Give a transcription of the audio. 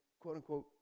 quote-unquote